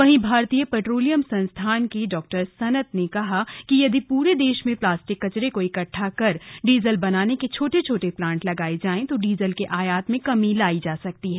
वहीं भारतीय पेट्रोलियम संस्थान के डॉ सनत ने कहा कि यदि पूरे देश में प्लास्टिक कचरे को इकट्टा कर डीजल बनाने के छोटे छोटे प्लांट लगाये जाएं तो डीजल के आयात में कमी लाई जा सकती है